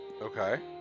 Okay